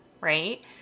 Right